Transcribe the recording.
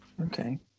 Okay